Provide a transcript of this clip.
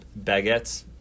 Baguettes